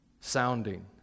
sounding